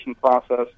process